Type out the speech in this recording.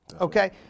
okay